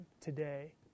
today